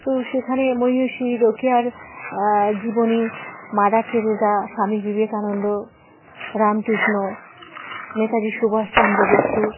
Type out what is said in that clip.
তো সেখানে মহীয়সী রোকেয়ার জীবনী মাদার টেরেজা স্বামী বিবেকানন্দ রামকৃষ্ণ নেতাজি সুভাষচন্দ্র বসু